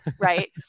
right